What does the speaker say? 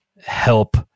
help